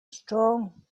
strong